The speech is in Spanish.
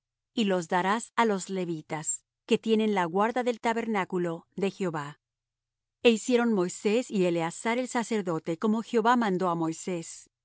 y los darás á los levitas que tienen la guarda del tabernáculo de jehová e hicieron moisés y eleazar el sacerdote como jehová mandó á moisés